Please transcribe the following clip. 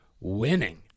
winning